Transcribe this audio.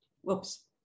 whoops